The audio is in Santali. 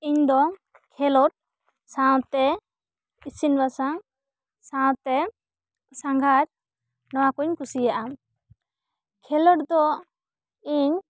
ᱤᱧ ᱫᱚ ᱠᱷᱮᱞᱳᱰ ᱥᱟᱶᱛᱮ ᱤᱥᱤᱱ ᱵᱟᱥᱟᱝ ᱥᱟᱶᱛᱮ ᱥᱟᱸᱜᱷᱟᱨ ᱱᱚᱣᱟ ᱠᱚᱧ ᱠᱩᱥᱤᱭᱟᱜ ᱟ ᱠᱷᱮᱞᱳᱰ ᱫᱚ ᱤᱧ